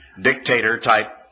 dictator-type